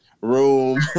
room